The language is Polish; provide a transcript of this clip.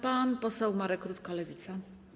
Pan poseł Marek Rutka, Lewica.